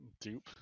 Dupe